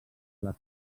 les